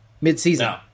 mid-season